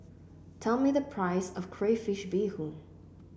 tell me the price of Crayfish Beehoon